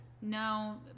No